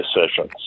decisions